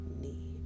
need